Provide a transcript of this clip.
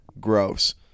gross